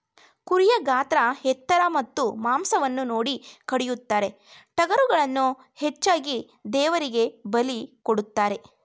ಕುರಿಯ ಗಾತ್ರ ಎತ್ತರ ಮತ್ತು ಮಾಂಸವನ್ನು ನೋಡಿ ಕಡಿಯುತ್ತಾರೆ, ಟಗರುಗಳನ್ನು ಹೆಚ್ಚಾಗಿ ದೇವರಿಗೆ ಬಲಿ ಕೊಡುತ್ತಾರೆ